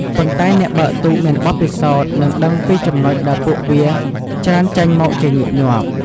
ប៉ុន្តែអ្នកបើកទូកមានបទពិសោធន៍នឹងដឹងពីចំណុចដែលពួកវាច្រើនចេញមកជាញឹកញាប់ ។